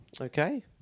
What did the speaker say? okay